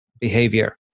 behavior